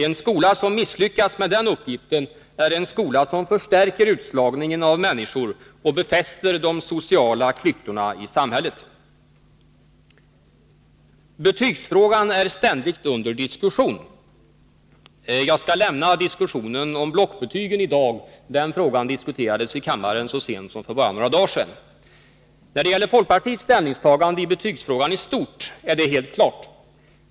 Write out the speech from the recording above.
En skola som misslyckas med den uppgiften är en skola som förstärker utslagningen av människor och befäster de sociala klyftorna i samhället. Betygsfrågan är ständigt under diskussion. Jag skall lämna diskussionen om blockbetygen i dag. Den frågan diskuterades i kammaren så sent som för bara några dagar sedan. Och folkpartiets ställningstagande i betygsfrågan är helt klart.